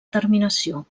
terminació